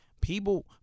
people